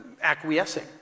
acquiescing